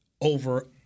over